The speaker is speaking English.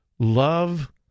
Love